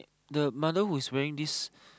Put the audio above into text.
the mother who is wearing this